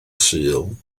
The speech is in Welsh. sul